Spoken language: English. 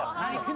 i